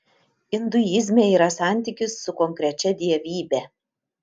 induizme yra santykis su konkrečia dievybe